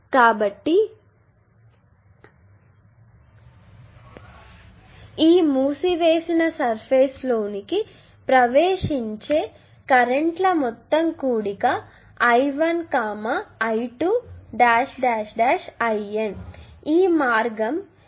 కాబట్టి ఈ మూసివేసిన సర్ఫేస్ లోకి ప్రవేశించే కరెంట్ల మొత్తం కూడిక I1I2 IN ఈ మార్గం ఇంకా 0 గా ఉంది